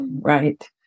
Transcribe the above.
right